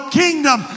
kingdom